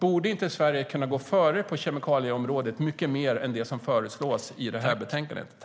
Borde inte Sverige kunna gå före på kemikalieområdet i mycket högre grad än vad som föreslås i betänkandet?